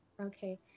Okay